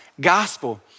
gospel